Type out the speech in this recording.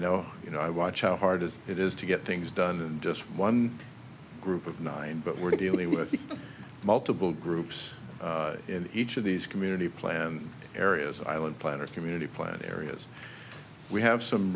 know you know i watch how hard is it is to get things done and just one group of nine but we're dealing with multiple groups in each of these community plan areas island planners community plan areas we have some